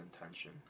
intention